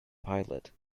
pilot